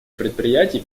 мероприятий